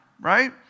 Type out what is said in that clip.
right